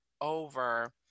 over